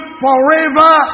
forever